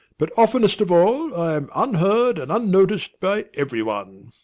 but oftenest of all i am unheard and unnoticed by every one.